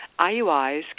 IUIs